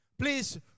Please